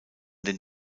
den